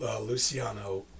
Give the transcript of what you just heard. Luciano